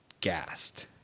gassed